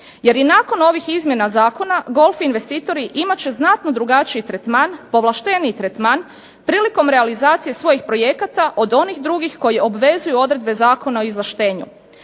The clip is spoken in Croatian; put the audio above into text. jer i nakon ovih izmjena Zakona golf investitori imat će znatno drugačiji tretman, povlašteniji tretman prilikom realizacije svojih projekata od onih drugih koji obvezuju odredbe Zakona o izvlaštenju.